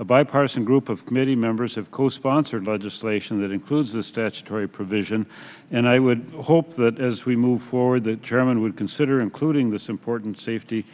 a bipartisan group of committee members have co sponsored legislation that includes the statutory provision and i would hope that as we move forward the chairman would consider including this important safety